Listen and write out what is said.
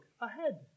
ahead